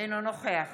אינו נוכח